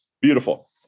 Beautiful